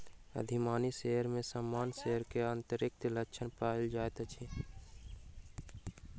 अधिमानी शेयर में सामान्य शेयर के अतिरिक्त लक्षण पायल जाइत अछि